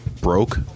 broke